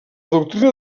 doctrina